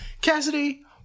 Cassidy